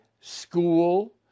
school